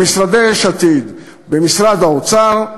במשרדי יש עתיד: במשרד האוצר,